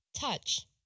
Touch